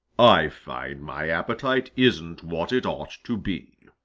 i find my appetite isn't what it ought to be.